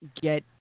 get